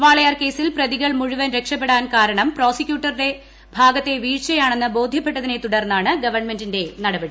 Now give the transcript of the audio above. വാളയാർ കേസിൽ പ്രതികൾ മുഴുവൻ രക്ഷപ്പെടാൻ കാരണം പ്രോസിക്യൂട്ടറുടെ ഭാഗത്തെ വീഴ്ചയാണെന്ന് ബോധ്യപ്പെട്ടതിനെ തുടർന്നാണ് ഗവൺമെന്റിന്റെ നടപടി